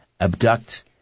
abduct